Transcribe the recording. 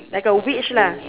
like a witch lah